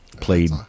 played